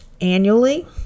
annually